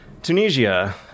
Tunisia